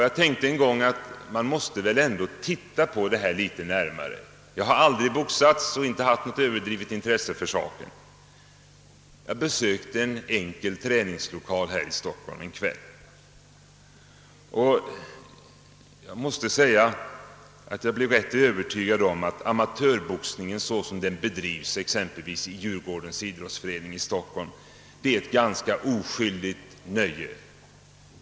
Jag tänkte en gång att man väl ändå måste titta litet närmare på den sektionen. Jag har aldrig boxats och aldrig haft något större intresse för den idrottsgrenen, Jag besökte en enkel träningslokal här i Stockholm en kväll, och jag måste säga att jag blev övertygad om att amatörboxningen som den bedrivs t.ex. i Djurgårdens idrottsförening är ett ganska oskyldigt nöje.